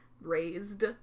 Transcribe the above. raised